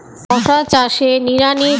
শশা চাষে নিড়ানি দিলে কি ভাইরাস ধরে যায়?